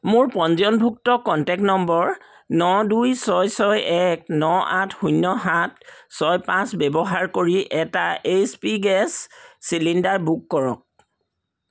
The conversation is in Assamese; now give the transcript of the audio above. মোৰ পঞ্জীয়নভুক্ত কণ্টেক্ট নম্বৰ ন দুই ছয় ছয় এক ন আঠ শূন্য সাত ছয় পাঁচ ব্যৱহাৰ কৰি এটা H P gas cylinder book কৰক